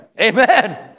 Amen